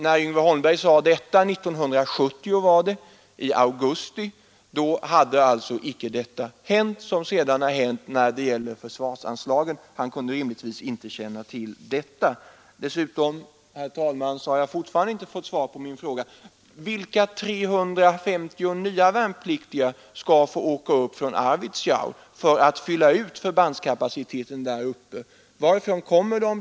När Yngve Holmberg gjorde sitt uttalande i augusti 1970, hade icke det inträffat som sedan skett när det gäller försvarsanslagen. Han kunde rimligen inte känna till detta. Dessutom vill jag påpeka, att jag fortfarande inte fått svar på min fråga: Vilka 350 nya värnpliktiga skall få åka upp till Arvidsjaur för att fylla ut förbandskapaciteten där uppe? Varifrån skall de komma?